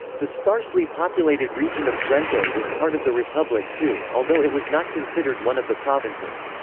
the sparsely populated region of drenthe was part of the republic too, although it was not considered one of the provinces.